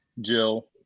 Jill